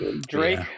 drake